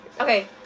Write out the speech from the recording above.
Okay